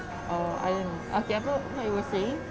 oh I don't know okay apa you were saying